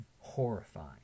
horrifying